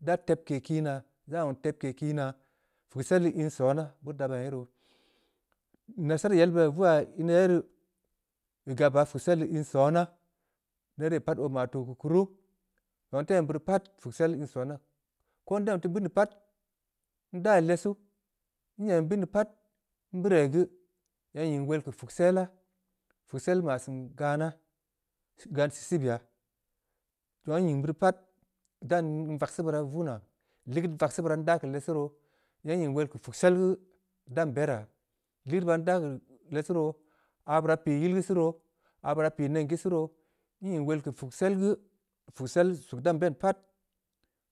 Da tebke kii naa, da zong tebke kii naa, puksel dii in sona. bu daba ye roo, nasara yel beura beu vungha ina ye rii, beu gabya puksel dii in sona, nere pay oo maa tuu keu kuru, zong ahh nti em beuri pat, puksel in sona, ko nda teu bini pat, ndai lesuu, nyem bini pat, nbirai geu, yan nyimg wol keu puksella, puksel masiin gana, gan sisii beya, seg aah nying beuri pat, dan in vagsii beuraa vungha, ligeud vasii beuraa ndaa keu lessu roo, yan nying wol li keu puksel geu, dan beraa, ligeud beuraa ndaa keu lessu roo. aburaa, pii yilesuu roo, aburaa pii nen gisii roo, nying wol yi keu puksel geu, sug dan bed at,